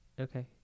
Okay